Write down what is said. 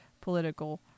political